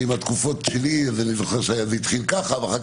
בתקופה שלי אני זוכר שזה התחיל ככה ואחר